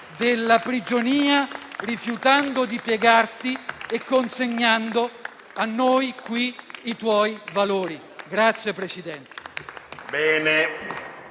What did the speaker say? della prigionia, rifiutando di piegarti e consegnando a noi qui i tuoi valori.